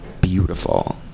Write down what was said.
beautiful